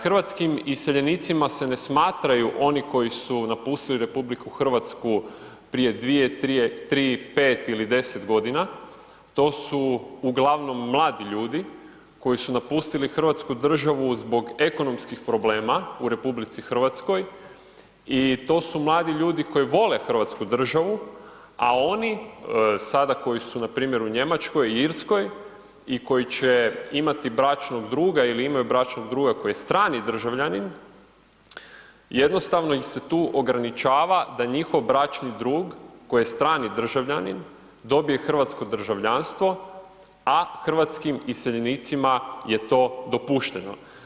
Hrvatskim iseljenicima se ne smatraju oni koji su napustili RH prije 2, 3, 5 ili 10.g., to su uglavnom mladi ljudi koji su napustili hrvatsku državu zbog ekonomskih problema u RH i to su mladi ljudi koji vole hrvatsku državu, a oni sada koji su npr. u Njemačkoj i Irskoj i koji će imati bračnog druga ili imaju bračnog druga koji je strani državljanin jednostavno ih se tu ograničava da njihov bračni drug koji je strani državljanin dobije hrvatsko državljanstvo, a hrvatskim iseljenicima je to dopušteno.